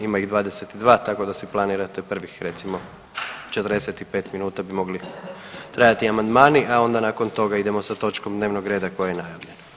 Ima ih 22, tako da si planirate prvih, recimo 45 minuta bi mogli trajati amandmani, a onda nakon toga idemo sa točkom dnevnog reda koja je najavljena.